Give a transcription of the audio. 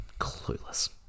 Clueless